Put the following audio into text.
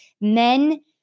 men